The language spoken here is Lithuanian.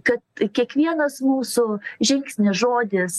kad kiekvienas mūsų žingsnis žodis